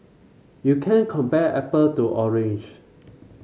you can't compare apple to orange